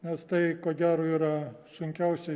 nes tai ko gero yra sunkiausiai